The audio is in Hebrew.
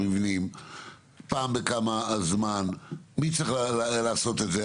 פעם בכמה זמן ומי צריך לעשות את זה.